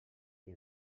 qui